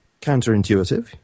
counterintuitive